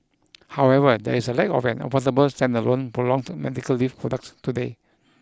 however there is a lack of an affordable stand alone prolonged medical leave products today